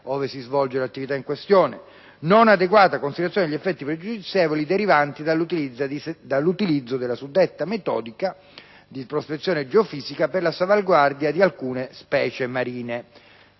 non adeguata considerazione degli effetti pregiudizievoli derivanti dall'utilizzo della suddetta metodica di prospezione geofisica per la salvaguardia di alcune specie marine